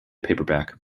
paperback